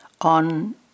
on